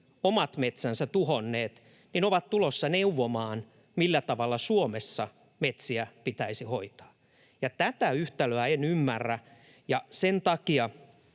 omat metsänsä tuhonneet, ovat tulossa neuvomaan, millä tavalla Suomessa metsiä pitäisi hoitaa. Ja tätä yhtälöä en ymmärrä, ja sen takia